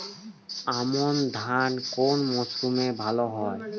আমন ধান কোন মরশুমে ভাল হয়?